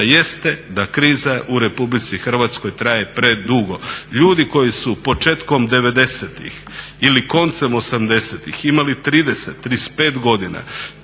da kriza u RH traje predugo. Ljudi koji su početkom '90.-ih ili koncem '80.-ih imali 30, 35 godina,